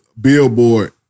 billboard